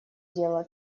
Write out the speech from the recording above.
дело